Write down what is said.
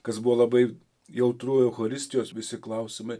kas buvo labai jautru eucharistijos visi klausimai